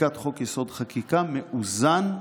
בחקיקת חוק-יסוד: החקיקה מאוזן,